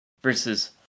versus